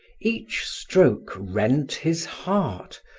each stroke rent his heart,